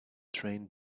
train